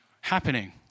happening